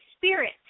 spirit